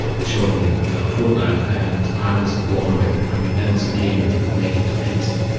they showed me you know fortnite and i was blown away. i mean, that was a game that you could make into anything.